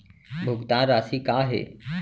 भुगतान राशि का हे?